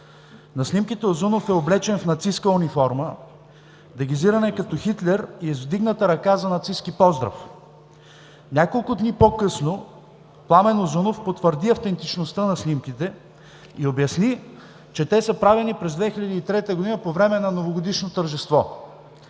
На снимките Узунов е облечен в нацистка униформа, дегизиран е като Хитлер и е с вдигната ръка за нацистки поздрав. Няколко дни по-късно Пламен Узунов потвърди автентичността на снимките и обясни, че те са правени през 2003 г. по време на новогодишно тържество.